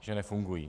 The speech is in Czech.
Že nefungují.